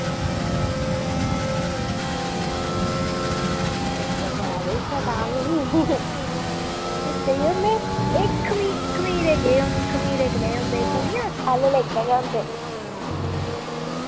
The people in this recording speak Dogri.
अच्छा अच्छा बड़ा किश ऐ तां फ्ही अच्छा यरो में एह् खमी खमीरे केह् हों खमीरे कनेह् होंदे पूड़ियां आह्ले लेखा गै होंदे